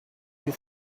you